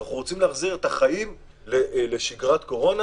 אנחנו רוצים להחזיר את החיים לשגרת קורונה,